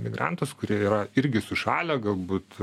migrantus kurie yra irgi sušalę galbūt